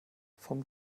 vom